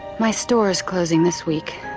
my store is closing this week.